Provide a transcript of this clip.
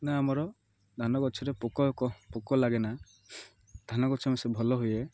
ନା ଆମର ଧାନ ଗଛରେ ପୋକ ପୋକ ଲାଗେନା ଧାନ ଗଛ ଆମର ସେ ଭଲ ହୁଏ